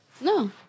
No